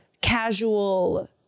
casual